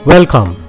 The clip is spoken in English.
Welcome